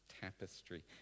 tapestry